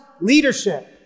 leadership